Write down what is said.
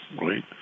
right